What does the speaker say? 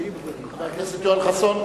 חבר הכנסת יואל חסון,